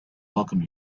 welcome